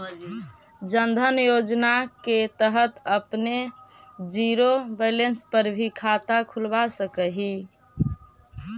जन धन योजना के तहत आपने जीरो बैलेंस पर भी खाता खुलवा सकऽ हिअ